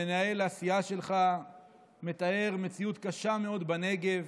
מנהל הסיעה שלך מתאר מציאות קשה מאד בנגב,